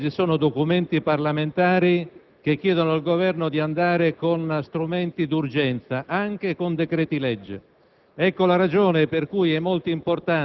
ad alcune di esse ci sono addirittura documenti parlamentari che chiedono al Governo di procedere con strumenti d'urgenza, anche con decreti-legge.